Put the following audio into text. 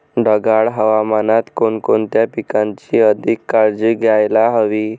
ढगाळ हवामानात कोणकोणत्या पिकांची अधिक काळजी घ्यायला हवी?